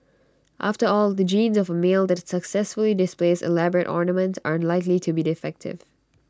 after all the genes of A male that successfully displays elaborate ornaments are unlikely to be defective